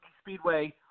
Speedway